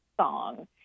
song